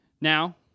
Now